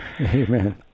Amen